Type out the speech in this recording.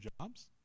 jobs